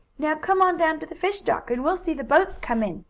now come on down to the fish dock, and we'll see the boats come in,